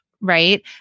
right